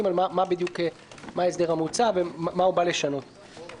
מי שהיה שבוע לפני סוף המשחק ורצה לשנות את החוק לא יכול לבוא